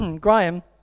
Graham